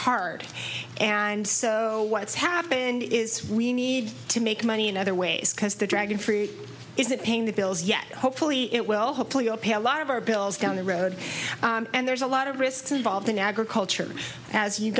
hard and so what's happened is we need to make money in other ways because the dragon free is it paying the bills yet hopefully it will hopefully all pay a lot of our bills down the road and there's a lot of risks involved in agriculture as you